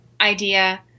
idea